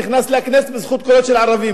נכנס לכנסת בזכות קולות של ערבים.